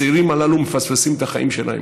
הצעירים הללו מפספסים את החיים שלהם.